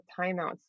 timeouts